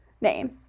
name